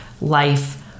life